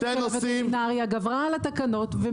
האיגרת גברה על התקנות.